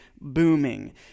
booming